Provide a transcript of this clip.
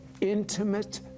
intimate